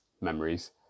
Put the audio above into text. memories